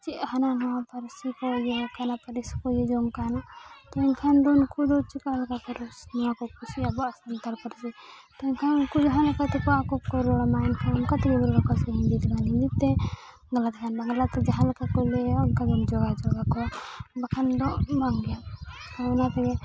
ᱪᱮᱫ ᱦᱟᱱᱟ ᱱᱟᱣᱟ ᱯᱟᱹᱨᱥᱤ ᱠᱚ ᱤᱭᱟᱹᱣ ᱠᱟᱱᱟ ᱠᱚ ᱯᱟᱹᱨᱤᱥ ᱠᱚ ᱤᱭᱟᱹ ᱡᱚᱝ ᱠᱟᱣᱱᱟ ᱛᱚ ᱮᱱᱠᱷᱟᱱ ᱫᱚ ᱩᱱᱠᱩ ᱫᱚ ᱪᱤᱠᱟ ᱞᱮᱠᱟ ᱯᱟᱹᱨᱤᱥ ᱱᱚᱣᱟ ᱠᱚ ᱠᱩᱥᱤᱭᱟᱜᱼᱟ ᱟᱵᱚᱣᱟᱜ ᱥᱟᱱᱛᱟᱲ ᱯᱟᱹᱨᱥᱤ ᱛᱚ ᱮᱱᱠᱷᱟᱱ ᱩᱱᱠᱩ ᱡᱟᱦᱟᱸ ᱞᱮᱠᱟ ᱛᱮᱠᱚ ᱟᱠᱚ ᱠᱚ ᱨᱚᱲ ᱟᱢᱟ ᱮᱱᱠᱷᱟᱱ ᱚᱱᱠᱟᱛᱮᱫᱚ ᱚᱠᱟ ᱥᱩᱢᱟᱹᱭ ᱦᱤᱱᱫᱤᱛᱮ ᱵᱟᱝᱞᱟᱛᱮ ᱠᱷᱟᱱ ᱵᱟᱝᱞᱟᱛᱮ ᱟᱠᱚ ᱡᱟᱦᱟᱸ ᱞᱮᱠᱟ ᱠᱚ ᱞᱟᱹᱭᱟ ᱚᱱᱠᱟ ᱜᱮᱢ ᱡᱚᱜᱟᱡᱳᱜᱟᱠᱚᱣᱟ ᱵᱟᱠᱷᱟᱱ ᱫᱚ ᱵᱟᱝᱜᱮ ᱟᱨ ᱚᱱᱟᱛᱮᱜᱮ